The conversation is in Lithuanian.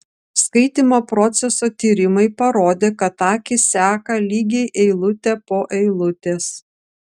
skaitymo proceso tyrimai parodė kad akys seka lygiai eilutę po eilutės